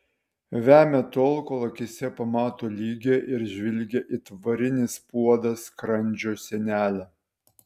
vemia tol kol akyse pamato lygią ir žvilgią it varinis puodas skrandžio sienelę